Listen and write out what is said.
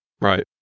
Right